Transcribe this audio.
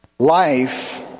Life